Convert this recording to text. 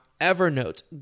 Evernote